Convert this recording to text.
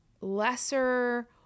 lesser